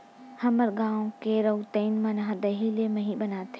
हमर गांव के रउतइन मन ह दही ले मही बनाथे